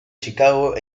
chicago